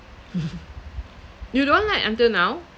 you don't like until now